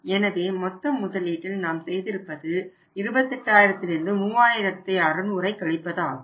எனவே மொத்த முதலீட்டில் நாம் செய்திருப்பது 28000 3600 ஆகும்